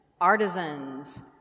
artisans